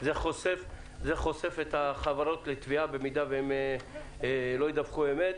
זה חושף את החברות לתביעה במידה שהן לא ידווחו אמת.